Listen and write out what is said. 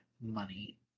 money